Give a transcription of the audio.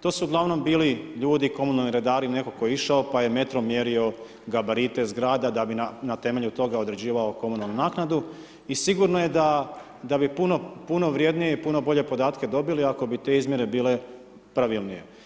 to su uglavnom bili ljudi, komunalni redari, netko tko je išao pa je metrom mjerio gabarite zgrada da bi na temelju toga određivao komunalnu naknadu i sigurno je da bi puno vrjednije i puno bolje podatke dobili ako bi te izmjere bile pravilnije.